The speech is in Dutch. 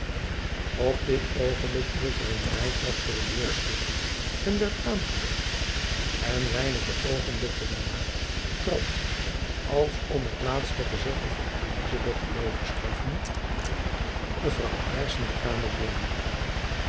op dit oogenblik hield er een rijtuig voor de deur stil er werd aangebeld en weinige oogenblikken daarna trad als om het laatste gezegde van elizabeth te logenstraffen mevrouw aarssen de kamer binnen